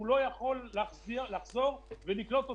הוא לא יוכל לחזור ולקלוט אותם.